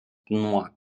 nuo